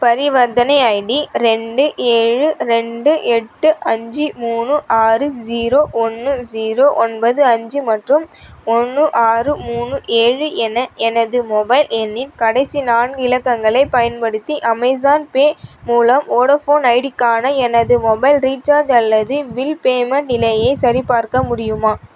பரிவர்த்தனை ஐடி ரெண்டு ஏழு ரெண்டு எட்டு அஞ்சு மூணு ஆறு ஸீரோ ஒன்று ஸீரோ ஒன்பது அஞ்சு மற்றும் ஒன்று ஆறு மூணு ஏழு என எனது மொபைல் எண்ணின் கடைசி நான்கு இலக்கங்களைப் பயன்படுத்தி அமேஸான் பே மூலம் வோடஃபோன் ஐடியாக்கான எனது மொபைல் ரீசார்ஜ் அல்லது பில் பேமெண்ட் நிலையை சரிபார்க்க முடியுமா